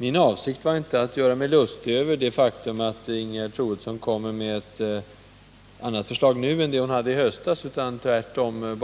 Min avsikt var inte heller att göra mig lustig över det faktum att Ingegerd Troedsson kommer med ett annat förslag nu än det hon hade i höstas. Jag vill tvärtom